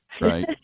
Right